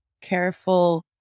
careful